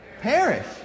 Perish